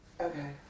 Okay